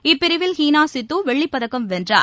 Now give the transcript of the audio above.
இப்பிரிவில் ஹீனாசித்துவெள்ளிப்பதக்கம் வென்றார்